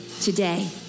today